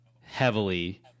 heavily